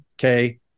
okay